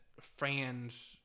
fans